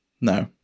No